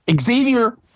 Xavier